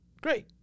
Great